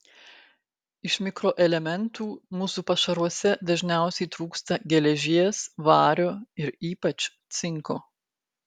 iš mikroelementų mūsų pašaruose dažniausiai trūksta geležies vario ir ypač cinko